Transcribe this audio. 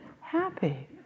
happy